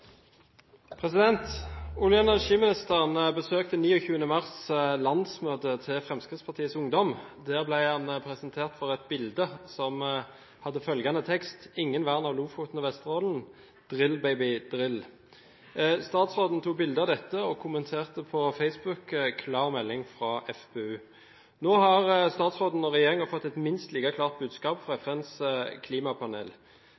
oppfølgingsspørsmål. Olje- og energiministeren besøkte 29. mars landsmøtet til Fremskrittspartiets Ungdom. Der ble han presentert for et bilde som hadde følgende tekst: Ingen vern av Lofoten og Vesterålen – drill baby, drill! Statsråden tok bilde av dette og kommenterte på Facebook – en klar melding fra FpU. Nå har statsråden og regjeringen fått et minst like klart budskap fra